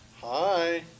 Hi